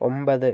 ഒമ്പത്